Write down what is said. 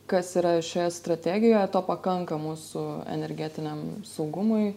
kas yra šioje strategijoje to pakanka mūsų energetiniam saugumui